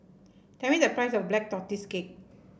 tell me the price of Black Tortoise Cake